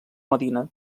medina